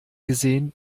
gesehen